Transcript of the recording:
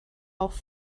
auch